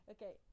Okay